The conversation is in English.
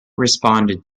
responded